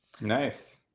Nice